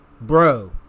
bro